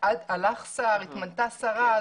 הלך שר, התמנתה שרה.